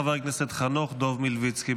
חבר הכנסת חנוך דב מלביצקי,